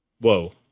Whoa